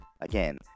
Again